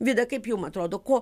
vida kaip jum atrodo ko